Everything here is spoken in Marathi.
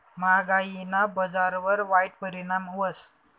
म्हागायीना बजारवर वाईट परिणाम व्हस